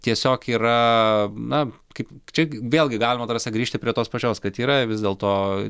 tiesiog yra na kaip čia vėlgi galima ta prasme grįžti prie tos pačios kad yra vis dėlto